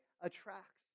attracts